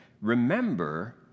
remember